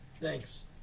Thanks